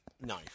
No